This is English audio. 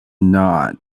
not